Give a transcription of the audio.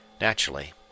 Naturally